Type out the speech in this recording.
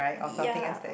ya